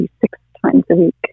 six-times-a-week